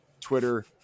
Twitter